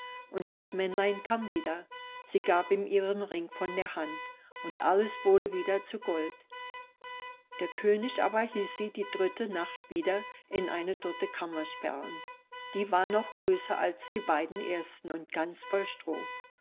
und das männlein kam wieder sie gab ihm ihren ring von der hand und alles wurde wieder zu gold der könig aber hieß sie die dritte nacht wieder in eine dritte kammer sperren die war noch größer als die beiden ersten und ganz voll